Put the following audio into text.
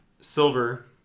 silver